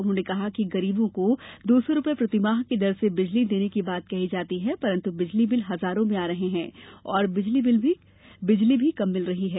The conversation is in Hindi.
उन्होंने कहा कि गरीबों को दो सौ रूपये प्रतिमाह की दर से बिजली देने की बात कही जाती है परन्त् बिजली बिल हजारों में आ रहे हैं और बिजली भी कम मिल रही है